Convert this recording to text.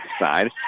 side